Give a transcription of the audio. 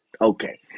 okay